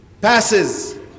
passes